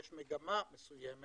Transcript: יש מגמה מסוימת,